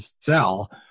sell